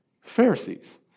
Pharisees